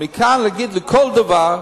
חבר הכנסת אלדד,